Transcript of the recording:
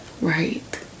Right